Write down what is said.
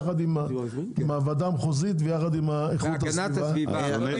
יחד עם הוועדה המחוזית ועם איכות הסביבה.